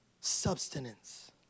Substance